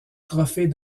trophée